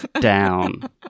Down